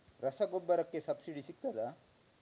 ರಸಗೊಬ್ಬರಕ್ಕೆ ಸಬ್ಸಿಡಿ ಸಿಗ್ತದಾ?